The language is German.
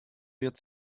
wird